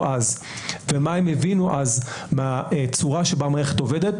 אז ומה הם הבינו אז מהצורה שבה המערכת עובדת,